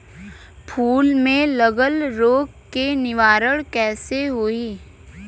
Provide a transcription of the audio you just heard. फूल में लागल रोग के निवारण कैसे होयी?